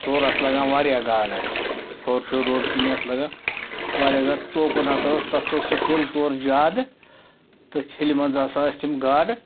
تورٕ آسہٕ لَگان واریاہ گاڈٕ اَسہِ فور شور روڈ کِنۍ آسہٕ لَگان واریاہ گاڈٕ توکُن ہَسا اوس تَتھ اوس سُہ ہِل تورٕ زیادٕ تٔتھۍ ہِلہِ مَنٛز ہَسا ٲسۍ تِم گاڈٕ